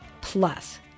Plus